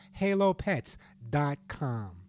Halopets.com